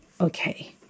okay